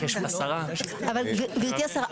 אבל גברתי השרה,